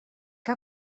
que